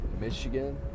Michigan